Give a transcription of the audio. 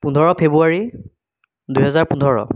পোন্ধৰ ফেবুৱাৰী দুহেজাৰ পোন্ধৰ